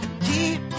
keep